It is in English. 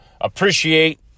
appreciate